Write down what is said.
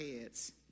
heads